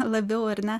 labiau ar ne